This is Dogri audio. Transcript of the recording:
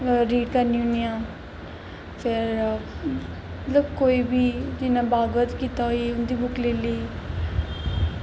ओह् रीड करनी होन्नी आं फिर मतलब कोई बी जि'यां भागवत गीता होई उं'दी बुक्क लेई लेई